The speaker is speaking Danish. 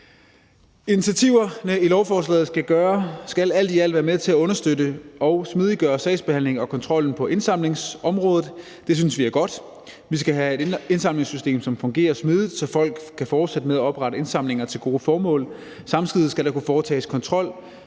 Initiativerne i lovforslaget skal alt i alt være med til at understøtte og smidiggøre sagsbehandlingen og kontrollen på indsamlingsområdet. Det synes vi er godt. Vi skal have et indsamlingssystem, som fungerer smidigt, så folk kan fortsætte med at oprette indsamlinger til gode formål, og samtidig skal der kunne foretages kontrol,